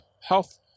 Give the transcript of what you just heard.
Health